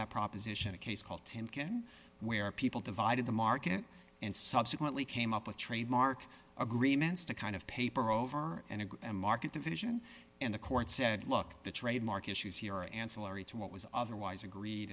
that proposition a case called him can where people divided the market and subsequently came up with trademark agreements to kind of paper over and agree and market division and the court said look the trademark issues here ancillary to what was otherwise agreed